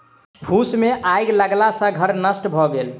फूस मे आइग लगला सॅ घर नष्ट भ गेल